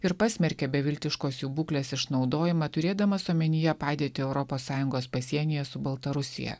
ir pasmerkė beviltiškos jų būklės išnaudojimą turėdamas omenyje padėtį europos sąjungos pasienyje su baltarusija